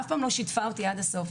היא אף פעם לא שיתפה אותי עד הסוף.